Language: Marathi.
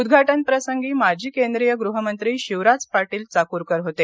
उद्घाटन प्रसंगी माजी केंद्रीय गृहमंत्री सिवराज पाटील चाकूरकर होते